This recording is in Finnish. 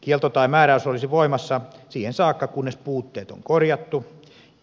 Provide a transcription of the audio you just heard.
kielto tai määräys olisi voimassa siihen saakka kunnes puutteet on korjattu